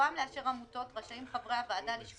7. בבואם לאשר עמותות רשאים חברי הוועדה לשקול,